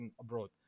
abroad